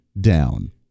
down